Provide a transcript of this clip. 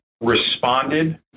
responded